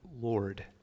Lord